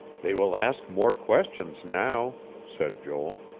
they will ask more questions now, said joel.